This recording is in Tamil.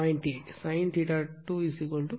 8 sin 2 0